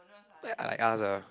like I ask ah